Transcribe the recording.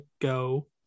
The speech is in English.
go